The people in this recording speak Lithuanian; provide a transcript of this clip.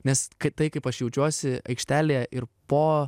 nes kai tai kaip aš jaučiuosi aikštelėje ir po